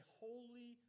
holy